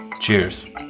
Cheers